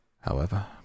However